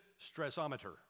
stressometer